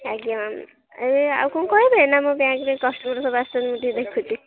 ଆଜ୍ଞା ମ୍ୟାମ୍ ୟେ ଆଉ କ'ଣ କହିବେ ନା ମୋ ବ୍ୟାଙ୍କ୍ରେ କଷ୍ଟମର୍ ସବୁ ଆସିଛନ୍ତି ମୁଁ ଟିକେ ଦେଖୁଛି